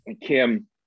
Kim